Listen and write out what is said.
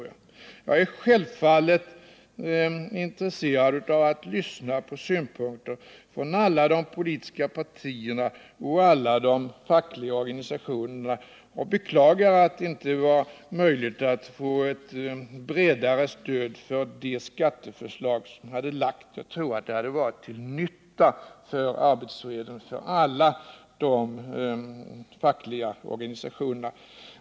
Jag är självfallet intresserad av synpunkter från alla de politiska partierna och alla de fackliga organisationerna och beklagar att det inte var möjligt att få ett bredare stöd för det skatteförslag vi lade fram. Jag tror att det hade varit till nytta för arbetsfreden, för alla de fackliga organisationerna.